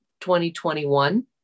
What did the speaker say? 2021